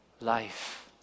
Life